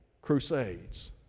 crusades